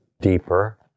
deeper